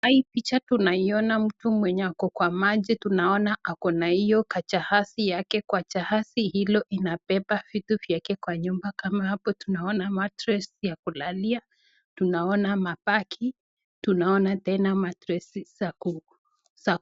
Kwa hii picha tunaona mtu mwenye ako kwa maji. Tunaona ako na hio jahazi yake. Kwa jahazi hiyo inabeba vitu zake za nyumba kama hapo tunaona mattress ya kulalia, tunaona mavasi, tunaona tena mattress za